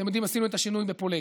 אתם יודעים, עשינו את השינוי בפולג.